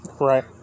right